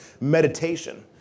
meditation